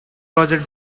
roger